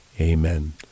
amen